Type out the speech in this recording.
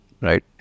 right